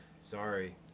sorry